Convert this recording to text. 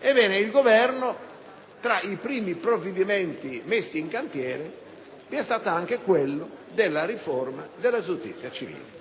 Ebbene, tra i primi provvedimenti messi in cantiere dal Governo, vi è stato anche quello della riforma della giustizia civile.